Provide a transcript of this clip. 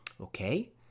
Okay